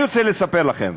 אני רוצה לספר לכם,